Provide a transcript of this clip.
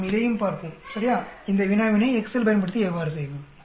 நாம் இதையும் பார்ப்போம் சரியா இந்த வினாவினை எக்செல் பயன்படுத்தி எவ்வாறு செய்வது